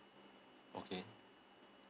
okay